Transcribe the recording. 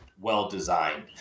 well-designed